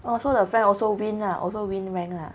oh so the friend also win lah also win rank lah